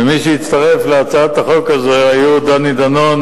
ומי שהצטרפו להצעת החוק הזו היו דני דנון,